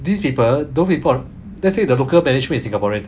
these people don't report let's say the local management is singaporean